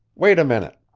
wait a minute.